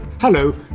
Hello